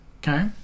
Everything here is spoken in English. Okay